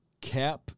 cap